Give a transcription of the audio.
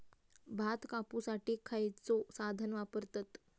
भात कापुसाठी खैयचो साधन वापरतत?